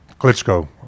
Klitschko